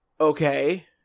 Okay